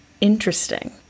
interesting